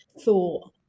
thought